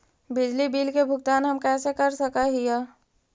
बिजली बिल के भुगतान हम कैसे कर सक हिय?